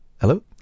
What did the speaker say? Hello